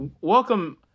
welcome